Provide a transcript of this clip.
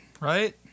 right